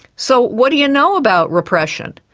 so what do you know about repression?